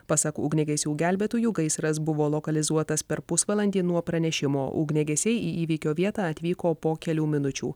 pasak ugniagesių gelbėtojų gaisras buvo lokalizuotas per pusvalandį nuo pranešimo ugniagesiai į įvykio vietą atvyko po kelių minučių